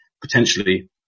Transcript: potentially